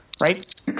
right